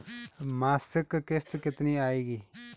मासिक किश्त कितनी आएगी?